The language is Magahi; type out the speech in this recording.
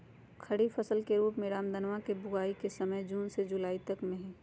खरीफ फसल के रूप में रामदनवा के बुवाई के समय जून से जुलाई तक में हई